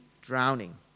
drowning